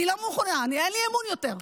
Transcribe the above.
אני לא מוכנה, אין לי אמון יותר.